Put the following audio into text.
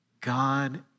God